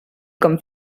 com